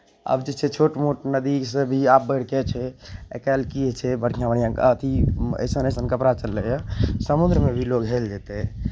आब जे छै छोट मोट नदीसँ भी आब बढ़ि कऽ छै आइ काल्हि की होइ छै बढ़िआँ बढ़िआँ अथी अइसन अइसन कपड़ा चललैए समुद्रमे भी लोक हेल जेतै